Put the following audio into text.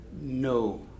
no